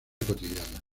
cotidiana